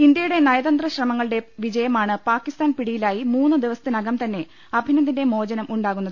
ഇന്ത്യയുടെ നയതന്ത്ര ശ്രമങ്ങളുടെ വിജയമാണ് പാകി സ്ഥാൻ പിടിയിലായി മൂന്ന് ദിവസത്തിനകം തന്നെ അഭിനന്ദിന്റെ മോചനമുണ്ടാകുന്നത്